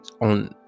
on